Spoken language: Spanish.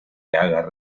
haga